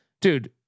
dude